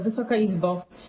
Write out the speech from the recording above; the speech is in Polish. Wysoka Izbo!